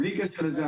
בלי קשר לזה,